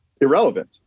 irrelevant